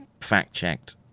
fact-checked